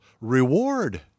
reward